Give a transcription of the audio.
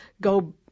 go